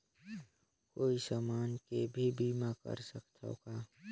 कोई समान के भी बीमा कर सकथव का?